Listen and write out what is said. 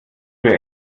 für